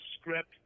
script